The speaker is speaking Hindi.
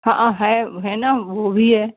हाँ है है ना वो भी है